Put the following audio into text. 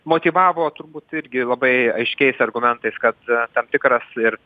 motyvavo turbūt irgi labai aiškiais argumentais kad tam tikras ir